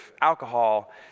alcohol